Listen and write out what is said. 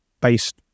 based